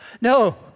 no